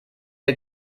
ihr